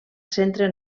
centre